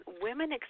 women